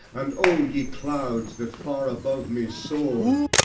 and o ye clouds that far above me soar'd!